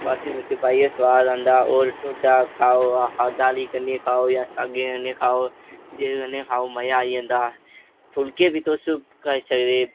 मर्च शर्च पाइयै सुआद औंदा होर ढोड्डा खाओ आहा हा खाओ जां सागै कन्नै खाओ घ्यो कन्नै खाओ फुल्के बी तुस खाई सकदे